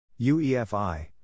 UEFI